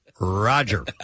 Roger